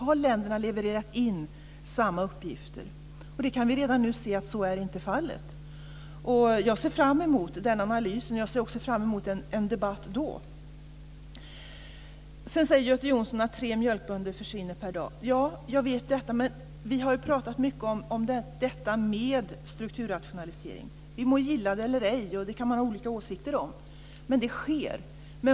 Har länderna levererat in samma uppgifter? Vi kan redan nu se att så inte är fallet. Jag ser fram emot den analysen, men jag ser också fram emot att föra en debatt då. Sedan säger Göte Jonsson att tre mjölkbönder försvinner per dag. Ja, jag vet detta. Vi har pratat mycket om strukturrationalisering. Vi må gilla det eller ej - det kan man ha olika åsikter om - men det sker.